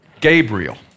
Gabriel